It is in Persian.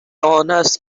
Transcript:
آنست